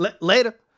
Later